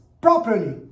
properly